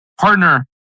partner